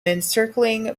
encircling